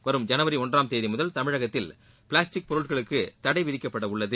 வரும் ஜனவரி ஒன்றாம் தேதி முதல் தமிழகத்தில் பிளாஸ்டிக் பொருட்களுக்கு தடை விதிக்கப்பட உள்ளது